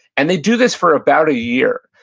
and they do this for about a year,